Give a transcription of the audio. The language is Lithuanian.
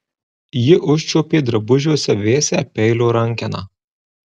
ji užčiuopė drabužiuose vėsią peilio rankeną